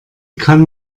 kann